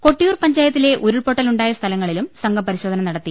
കൊട്ടിയൂർ പഞ്ചായത്തിലെ ഉരുൾപൊട്ടലുണ്ടായ സ്ഥലങ്ങളിലും സംഘം പരിശോധന നടത്തി